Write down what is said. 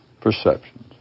perceptions